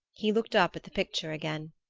he looked up at the picture again.